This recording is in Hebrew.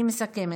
אני מסכמת.